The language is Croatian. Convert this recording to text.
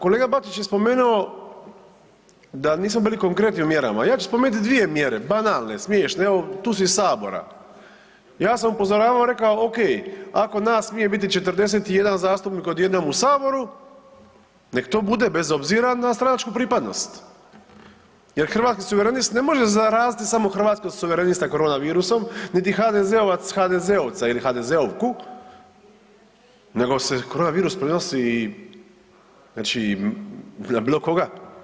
Kolega Bačić je spomenuo da nismo bili konkretni u mjerama, ja ću spomenuti dvije mjere banalne, smiješne, evo tu su iz sabora, ja sam upozoravao i rekao ok, ako nas smije biti 41 zastupnik odjednom u saboru nek to bude bez obzira na stranačku pripadnost, jer Hrvatski suverenist ne može zaraziti samo Hrvatskog suvrenista korona virusom niti HDZ-ovac, HDZ-ovca ili HDZ-ovku, nego se korona virus prenosi znači na bilo koga.